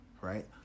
right